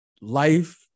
life